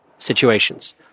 situations